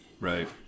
Right